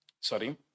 Sorry